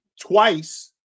twice